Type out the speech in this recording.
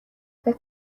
فکر